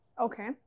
Okay